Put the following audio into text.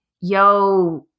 yo